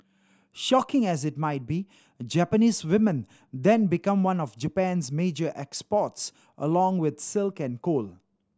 shocking as it might be Japanese women then become one of Japan's major exports along with silk and coal